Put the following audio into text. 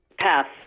Pass